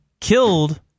killed